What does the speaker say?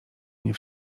nie